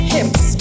Hips